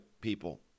people